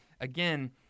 again